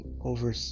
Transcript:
over